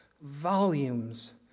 volumes